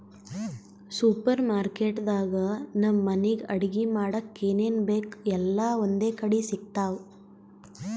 super market ದಾಗ್ ನಮ್ಗ್ ಮನಿಗ್ ಅಡಗಿ ಮಾಡಕ್ಕ್ ಏನೇನ್ ಬೇಕ್ ಎಲ್ಲಾ ಒಂದೇ ಕಡಿ ಸಿಗ್ತಾವ್